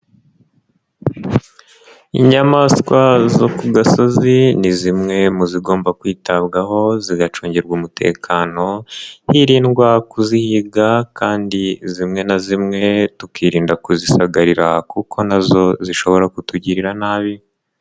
Inyamaswa zo ku gasozi, ni zimwe mu zigomba kwitabwaho zigacungirwa umutekano, hirindwa kuzihiga kandi zimwe na zimwe tukirinda kuzisagarira kuko na zo zishobora kutugirira nabi.